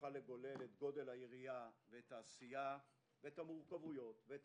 ונוכל לגולל את גודל היריעה ואת העשייה ואת המורכבויות ואת